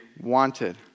wanted